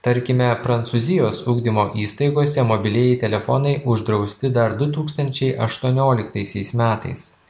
tarkime prancūzijos ugdymo įstaigose mobilieji telefonai uždrausti dar du tūkstančiai aštuonioliktaisiais metais